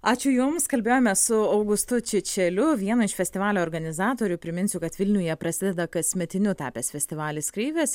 ačiū jums kalbėjome su augustu čičeliu vienu iš festivalio organizatorių priminsiu kad vilniuje prasideda kasmetiniu tapęs festivalis kreivės